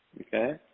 okay